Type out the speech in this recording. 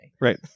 Right